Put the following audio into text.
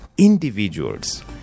Individuals